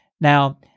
Now